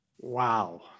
Wow